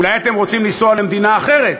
אולי אתם רוצים לנסוע למדינה אחרת,